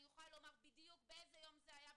אני יכולה לומר בדיוק באיזה יום זה היה,